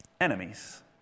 enemies